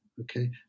okay